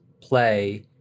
play